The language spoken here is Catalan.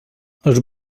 els